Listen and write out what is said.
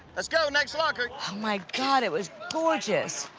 let's go, next locker my god, it was gorgeous.